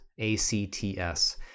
A-C-T-S